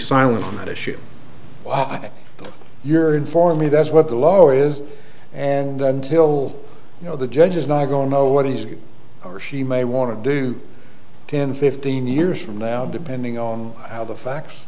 silent on that issue that you're in for me that's what the law is and until you know the judge is not going to know what he's or she may want to do ten fifteen years from now depending on how the facts